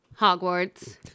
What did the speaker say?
Hogwarts